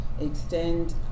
extend